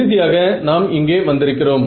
இறுதியாக நாம் இங்கே வந்திருக்கிறோம்